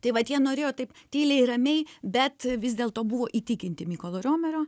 tai vat jie norėjo taip tyliai ramiai bet vis dėlto buvo įtikinti mykolo riomerio